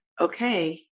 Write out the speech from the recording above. okay